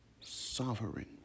sovereign